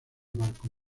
marco